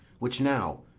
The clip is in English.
which now,